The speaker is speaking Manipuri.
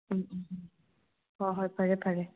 ꯎꯝ ꯎꯝ ꯎꯝ ꯍꯣꯏ ꯍꯣꯏ ꯐꯔꯦ ꯐꯔꯦ